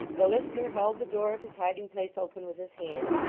the listener held the door of his hiding-place open with his hand,